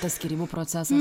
tas skyrybų procesas